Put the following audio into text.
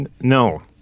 No